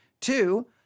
Two